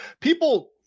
people –